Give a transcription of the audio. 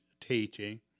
teaching